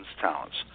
talents